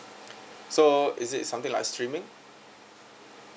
so is it something like swimming